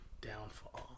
downfall